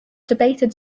debated